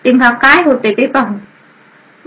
तेव्हा काय होते ते पाहू